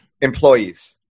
Employees